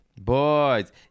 Boys